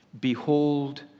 behold